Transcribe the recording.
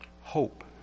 hope